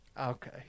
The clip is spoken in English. Okay